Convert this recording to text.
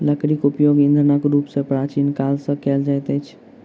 लकड़ीक उपयोग ईंधनक रूप मे प्राचीन काल सॅ कएल जाइत अछि